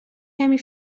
کمی